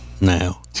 Now